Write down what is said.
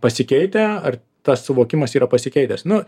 pasikeitę ar tas suvokimas yra pasikeitęs nu